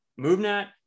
MoveNet